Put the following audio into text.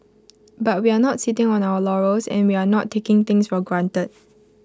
but we're not sitting on our laurels and we're not taking things for granted